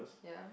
yeah